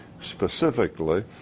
specifically